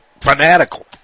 fanatical